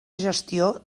gestió